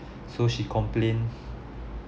so she complained